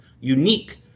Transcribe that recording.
unique